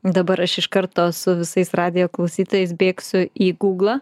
dabar aš iš karto su visais radijo klausytojais bėgsiu į guglą